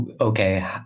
okay